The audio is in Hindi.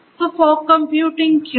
तो फॉग कंप्यूटिंग क्यों